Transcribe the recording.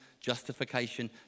justification